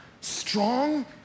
strong